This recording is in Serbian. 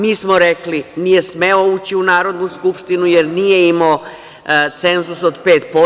Mi smo rekli da nije smeo ući u Narodnu skupštinu, jer nije imao cenzus od 5%